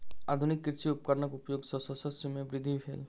आधुनिक कृषि उपकरणक उपयोग सॅ शस्य मे वृद्धि भेल